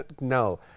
No